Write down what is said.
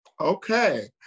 Okay